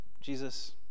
Jesus